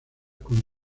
con